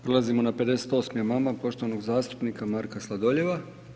Prelazimo na 58. amandman poštovanog zastupnika Marka Sladoljeva.